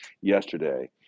yesterday